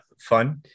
fun